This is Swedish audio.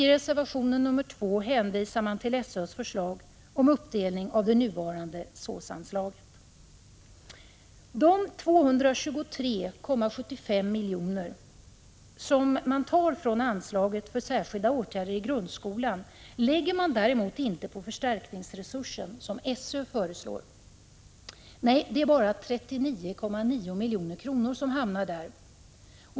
I reservation 2 hänvisar man till SÖ:s förslag om uppdelning av det nuvarande SÅS-anslaget. De 223,75 milj.kr. från anslaget för särskilda åtgärder i grundskolan lägger man däremot inte på förstärkningsresursen, som SÖ föreslår. Nej, det är bara 39,9 milj.kr. som hamnar där.